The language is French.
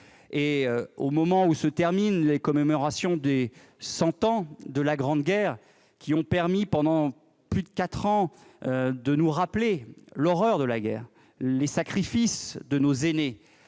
Alors que se terminent les commémorations du centenaire de la Grande Guerre, qui ont permis pendant plus de quatre ans de nous rappeler l'horreur de la guerre, les sacrifices de nos aînés,